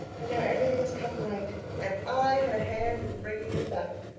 and now everything has come right. and i had a hand in bringing it about.